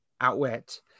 outwit